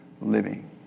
living